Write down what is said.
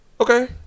okay